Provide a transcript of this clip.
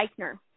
Eichner